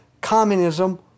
communism